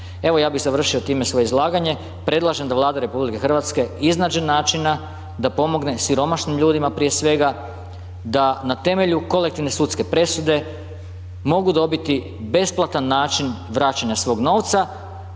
Ja bi završio time svoje izlaganje, predlažem da Vlada RH iznađe načina, da pomogne siromašnim ljudima prije svega, da na temelju kolektivne sudske presude, mogu dobiti besplatan način vraćanja svog novca,